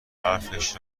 حرفش